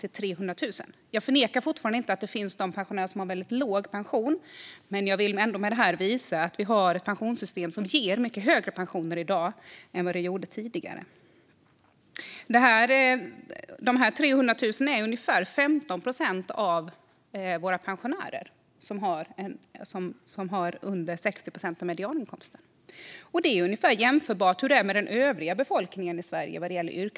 Jag förnekar inte att det fortfarande finns pensionärer som har väldigt låg pension, men jag vill med det här ändå visa att vi har ett pensionssystem som ger mycket högre pensioner i dag än tidigare. Dessa 300 000 är ungefär 15 procent av våra pensionärer. De har under 60 procent av medianinkomsten, och det är ungefär jämförbart med hur det är i den yrkesföra befolkningen i Sverige.